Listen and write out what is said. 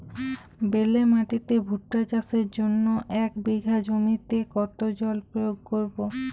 বেলে মাটিতে ভুট্টা চাষের জন্য এক বিঘা জমিতে কতো জল প্রয়োগ করব?